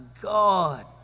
God